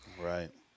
Right